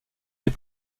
les